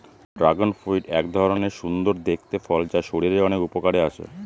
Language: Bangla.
ড্রাগন ফ্রুইট এক ধরনের সুন্দর দেখতে ফল যা শরীরের অনেক উপকারে আসে